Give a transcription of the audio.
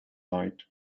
night